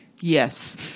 Yes